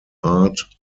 art